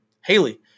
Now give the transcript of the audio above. Haley